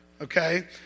okay